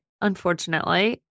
unfortunately